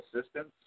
assistance